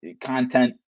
content